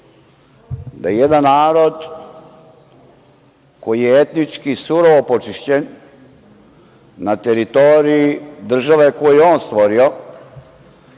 da jedan narod koji je etnički surovo počišćen na teritoriji države koju je on stvorio,